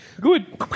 Good